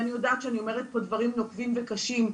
ואני יודעת שאני אומרת פה דברים נוקבים וקשים,